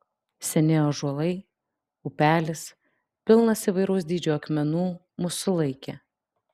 seni ąžuolai upelis pilnas įvairaus dydžio akmenų mus sulaikė